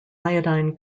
iodine